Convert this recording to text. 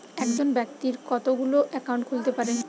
একজন ব্যাক্তি কতগুলো অ্যাকাউন্ট খুলতে পারে?